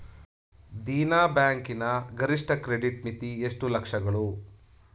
Dena bank ನ ಗರಿಷ್ಠ credit ಮಿತಿ ಎಷ್ಟು ಲಕ್ಷಗಳು?